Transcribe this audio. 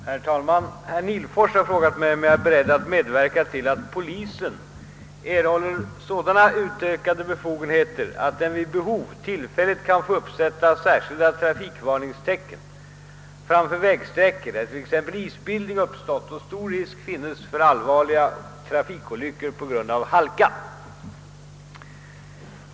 Herr talman! Herr Nihlfors har frågat mig, om jag är beredd medverka till att polisen erhåller sådana utökade befogenheter att den vid behov tillfälligt kan få uppsätta särskilda trafikvarningstecken framför vägsträckor där t.ex. isbildning uppstått och stor risk finns för allvarliga trafikolyckor på grund av halka.